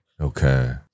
Okay